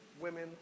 women